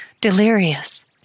delirious